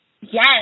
Yes